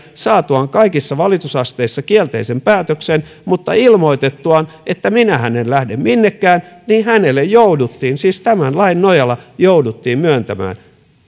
saatuaan kaikissa valitusasteissa kielteisen päätöksen mutta ilmoitettuaan että minähän en lähde minnekään jouduttiin siis tämän lain nojalla jouduttiin myöntämään